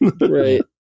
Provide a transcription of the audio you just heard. Right